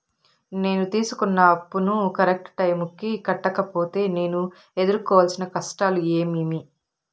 నేను తీసుకున్న అప్పును కరెక్టు టైముకి కట్టకపోతే నేను ఎదురుకోవాల్సిన కష్టాలు ఏమీమి?